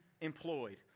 employed